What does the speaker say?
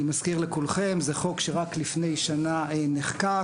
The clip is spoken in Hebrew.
אני מזכיר לכולכם זה חוק שרק לפני שנה נחקק.